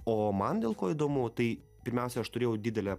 o man dėl ko įdomu tai pirmiausia aš turėjau didelę